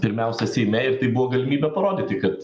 pirmiausia seime ir tai buvo galimybė parodyti kad